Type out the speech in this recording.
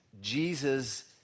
Jesus